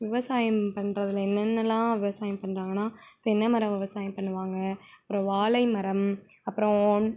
விவசாயம் பண்ணுறதுல என்னென்னெல்லாம் விவசாயம் பண்ணுறாங்கன்னா தென்னை மரம் விவசாயம் பண்ணுவாங்க அப்புறம் வாழை மரம் அப்புறம்